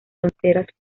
fronteras